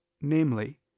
namely